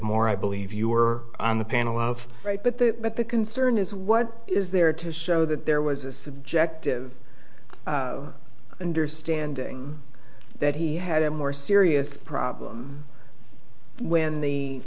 moore i believe you are on the panel of right but the concern is what is there to show that there was a subjective understanding that he had a more serious problem when the